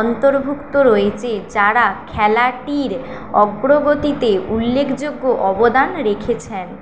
অন্তর্ভুক্ত রয়েছে যারা খেলাটির অগ্রগতিতে উল্লেখযোগ্য অবদান রেখেছেন